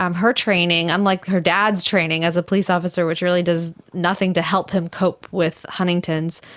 um her training, unlike her dad's training as a police officer which really does nothing to help him cope with huntington's,